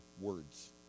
words